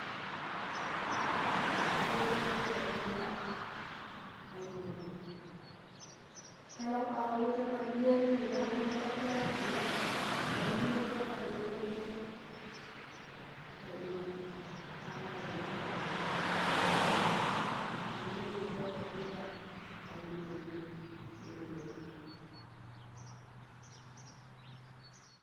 ﻿Ninya ar diyani ti ku pira a yiimo yabim keelanku akan we shinkkr diiyanin yinɗan liikeko ta yalam jura kandi shinan tei kandi iloon tai kar yiimo yabi kar kabbani kassa wemno tan ra kiijimo akam ninya shira diyani ti ku pira sha ka yiinmo yaɓɓim yiimiji yabbi.